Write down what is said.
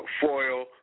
foil